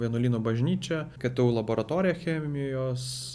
vienuolyno bažnyčia ktu laboratorija chemijos